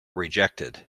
rejected